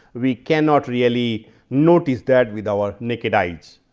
we cannot really notice that with our naked eyes.